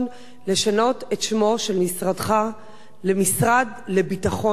לשנות את שמו של משרדך למשרד לביטחון חברתי.